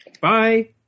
Bye